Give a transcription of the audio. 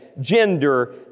gender